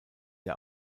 der